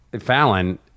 Fallon